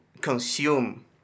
consume